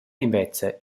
invezza